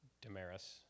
Damaris